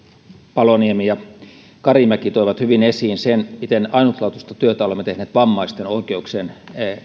paloniemi ja karimäki toivat hyvin esiin sen miten ainutlaatuista työtä olemme tehneet vammaisten oikeuksien